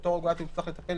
אותה --- תצטרך לטפל